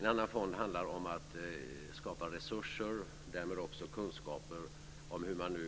En annan fond handlar om att skapa resurser, och därmed också kunskaper om hur man